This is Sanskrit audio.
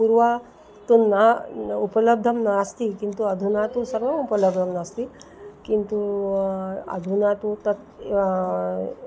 पुर्वं तु न उपलब्धं नास्ति किन्तु अधुना तु सर्वम् उपलब्धं नास्ति किन्तु अधुना तु तत्